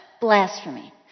blasphemy